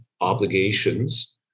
obligations